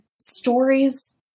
stories